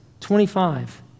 25